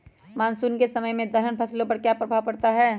Monsoon के समय में दलहन फसलो पर क्या प्रभाव पड़ता हैँ?